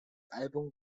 album